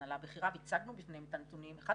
ההנהלה הבכירה והצגנו בפניהם את הנתונים אחד